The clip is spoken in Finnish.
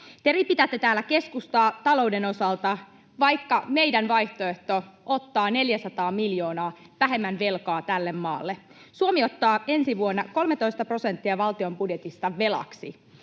Te ripitätte täällä keskustaa talouden osalta, vaikka meidän vaihtoehtomme ottaa 400 miljoonaa vähemmän velkaa tälle maalle. Suomi ottaa ensi vuonna 13 prosenttia valtion budjetista velaksi.